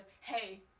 hey